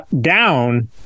down